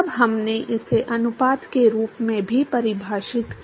तब हमने इसे अनुपात के रूप में भी परिभाषित किया